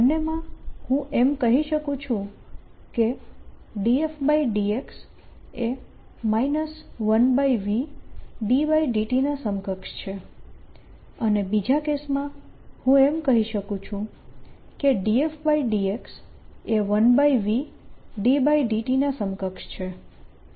બંનેમાં હું એમ કહી શકું છું કે ∂f∂x એ 1v∂∂t ના સમકક્ષ છે અને બીજા કેસમાં હું એમ કહી શકું કે ∂f∂x એ 1v∂∂t ના સમકક્ષ છે